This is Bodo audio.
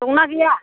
दंना गैया